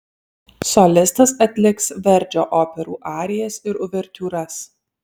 solistas atliks verdžio operų arijas ir uvertiūras